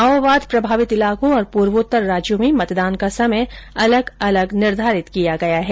माओवाद प्रभावित इलाकों और पूर्वोत्तर राज्यों में मतदान का समय अलग अलग निर्धारित किया गया है